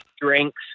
Drinks